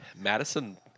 Madison